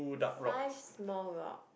five small rock